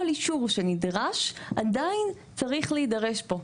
כל אישור שנדרש עדיין צריך להידרש פה,